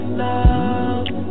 love